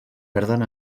perden